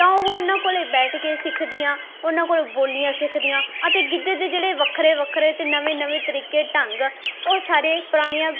ਤਾਂ ਉਹ ਉਹਨਾਂ ਕੋਲ ਬੈਠ ਕੇ ਸਿੱਖਦੀਆਂ ਉਹਨਾਂ ਕੋਲੋਂ ਬੋਲੀਆਂ ਸਿੱਖਦੀਆਂ ਅਤੇ ਗਿੱਧੇ ਦੇ ਜਿਹੜੇ ਵੱਖਰੇ ਵੱਖਰੇ ਅਤੇ ਨਵੇਂ ਨਵੇਂ ਤਰੀਕੇ ਢੰਗ ਉਹ ਸਾਰੇ ਪੁਰਾਣੀਆਂ